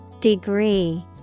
Degree